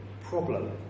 problem